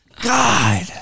God